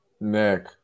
nick